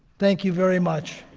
thank you very much.